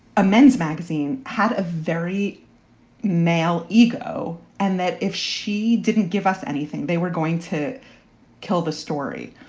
a men's magazine, had a very male ego and that if she didn't give us anything, they were going to kill the story.